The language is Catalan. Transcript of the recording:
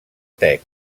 tec